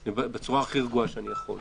אני אומר את זה בצורה הכי רגועה שאני יכול.